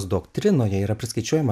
doktrinoje yra priskaičiuojama